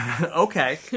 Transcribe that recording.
Okay